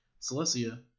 Celestia